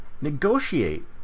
negotiate